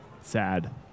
sad